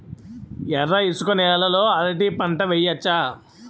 ఎర్ర ఇసుక నేల లో అరటి పంట వెయ్యచ్చా?